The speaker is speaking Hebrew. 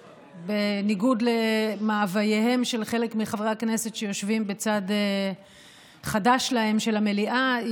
שבניגוד למאווייהם של חלק מחברי הכנסת שיושבים בצד חדש להם של המליאה,